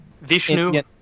Vishnu